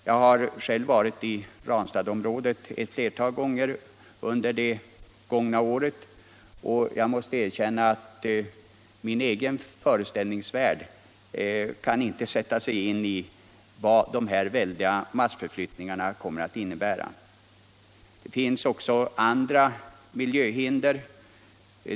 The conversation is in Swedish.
Jag har själv varit i Ranstadsområdet ett flertal gånger under det senaste året, och jag måste erkänna att jag inte med egen föreställningsförmåga kan sätta mig in i vad dessa väldiga massförflyttningar kommer att innebära. Det finns också andra miljöhinder.